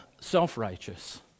self-righteous